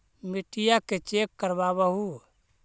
मिट्टीया के चेक करबाबहू?